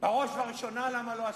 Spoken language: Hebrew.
בראש ובראשונה למה לא עשינו?